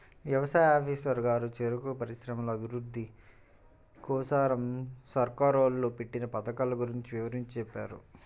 యవసాయ ఆఫీసరు గారు చెరుకు పరిశ్రమల అభిరుద్ధి కోసరం సర్కారోళ్ళు పెట్టిన పథకాల గురించి వివరంగా చెప్పారు